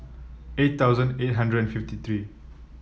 eight thousand eight hundred and fifty three